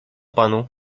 panu